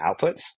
outputs